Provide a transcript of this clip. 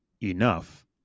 enough